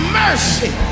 mercy